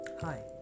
Hi